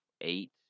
eight